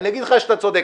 אני אגיד לך שאתה צודק.